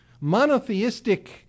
monotheistic